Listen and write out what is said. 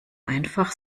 einfach